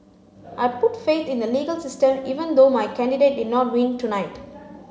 I put faith in the legal system even though my candidate did not win tonight